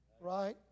right